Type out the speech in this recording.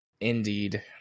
Indeed